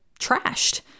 trashed